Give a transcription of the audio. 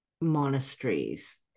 monasteries